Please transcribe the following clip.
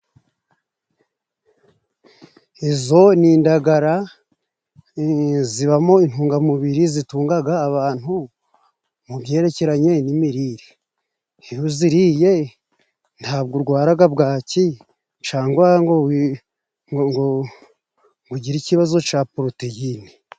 Izo ni indagara zibamo intungamubiri zitungaga abantu mu byerekeranye n'imirire. Iyo uziriye ntabwo urwaraga bwaki, cangwa ngo ugire ikibazo ca poroteyine.